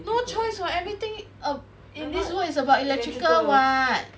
no choice what everything ab~ in this world is about electrical [what]